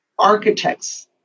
architects